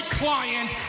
client